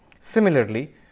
Similarly